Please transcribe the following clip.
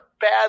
bad